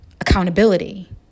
Accountability